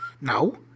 No